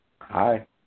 Hi